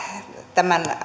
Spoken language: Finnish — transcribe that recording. tämän